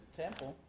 temple